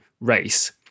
race